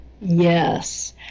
Yes